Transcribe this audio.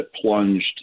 plunged